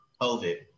COVID